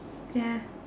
ya